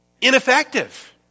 ineffective